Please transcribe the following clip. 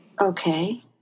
Okay